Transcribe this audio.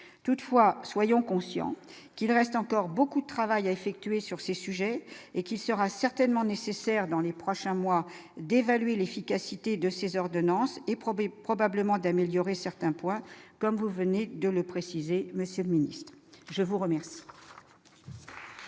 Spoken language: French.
toutefois, soyons conscients qu'il reste encore beaucoup de travail à effectuer sur ces sujets et qui sera certainement nécessaire dans les prochains mois, d'évaluer l'efficacité de ces ordonnances et ProB probablement d'améliorer certains points comme vous venez de le préciser, Monsieur le Ministre, je vous remercie. Merci donc